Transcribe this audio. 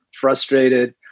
frustrated